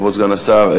כבוד סגן השר,